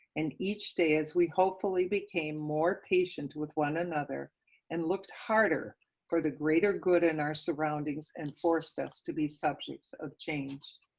and each day as we hopefully became more patient with one another and looked harder for the greater good in our surroundings, and forced us to be subjects of change.